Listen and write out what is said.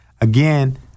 Again